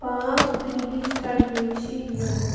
پانٛژھ دُنۍہِچ کَنٹرٛی چھِ یِمہٕ